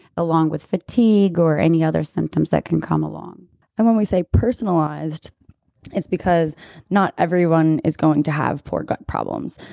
along with fatigue, or any other symptoms that can come along and when we say personalized it's because not everyone is going to have poor gut problems.